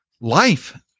life